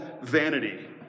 vanity